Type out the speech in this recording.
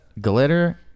glitter